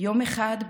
יום אחד,